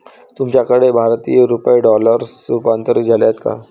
तुमच्याकडे भारतीय रुपये डॉलरमध्ये रूपांतरित झाले आहेत का?